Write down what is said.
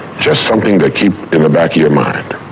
just something to keep in the back of your mind.